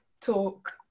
talk